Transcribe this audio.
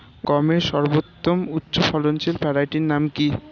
গমের সর্বোত্তম উচ্চফলনশীল ভ্যারাইটি নাম কি?